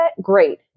great